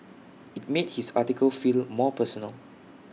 IT made his article feel more personal